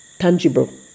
tangible